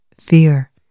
fear